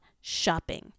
shopping